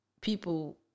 people